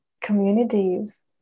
communities